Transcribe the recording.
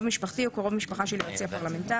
משפחתי או קרוב משפחה של יועצי הפרלמנטרי,